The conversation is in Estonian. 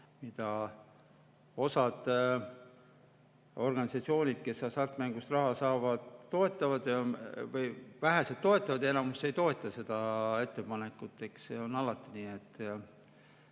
seis. Osa organisatsioone, kes hasartmängust raha saavad, toetavad seda. Vähesed toetavad ja enamus ei toeta seda ettepanekut. Eks see on alati nii, et